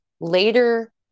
later